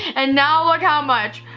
and now look how much,